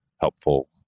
helpful